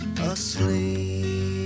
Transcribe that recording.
asleep